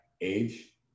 age